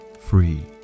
free